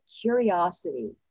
curiosity